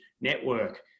network